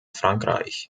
frankreich